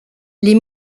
les